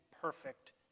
perfect